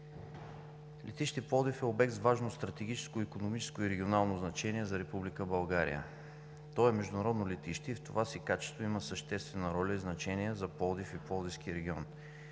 Летище Пловдив е обект с важно стратегическо, икономическо и регионално значение за Република България. То е международно летище и в това си качество има съществена роля и значение за Пловдив и пловдивския регион.